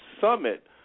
Summit